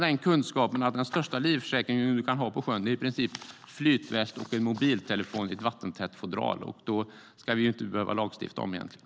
Den bästa livförsäkring man kan ha på sjön är en flytväst och en mobiltelefon i ett vattentätt fodral. Det ska vi inte behöva lagstifta om egentligen.